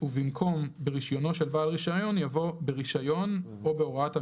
ובמקום "ברישיונו של בעל רישיון" יבוא "ברישיון או בהוראת מינהל,